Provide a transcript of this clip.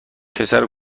پسر